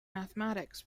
mathematics